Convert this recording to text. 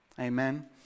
Amen